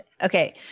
Okay